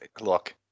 Look